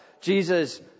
Jesus